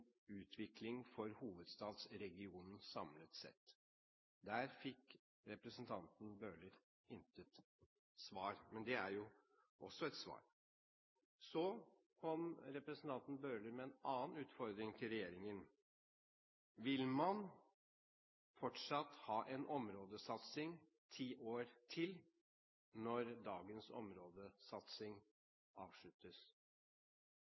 utvikling for hovedstadsregionen samlet sett. Der fikk representanten Bøhler intet svar – men det er jo også et svar. Så kom representanten Bøhler med en annen utfordring til regjeringen: Vil man fortsatt ha en områdesatsing i ti år til, når dagens